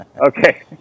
Okay